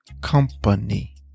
company